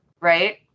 Right